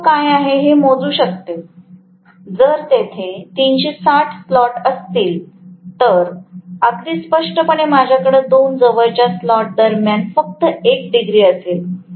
मी तो काय आहे हे मोजू शकते जर तेथे 360० स्लॉट असतील तर अगदी स्पष्टपणे माझ्याकडे २ जवळच्या स्लॉट दरम्यान फक्त १ डिग्री असेल